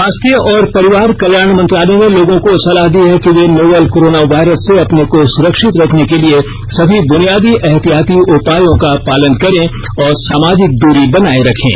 स्वास्थ्य और परिवार कल्याण मंत्रालय ने लोगों को सलाह दी है कि वे नोवल कोरोना वायरस से अपने को सुरक्षित रखने के लिए सभी बुनियादी एहतियाती उपायों का पालन करें और सामाजिक दूरी बनाए रखें